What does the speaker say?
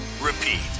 repeat